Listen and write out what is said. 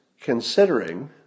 considering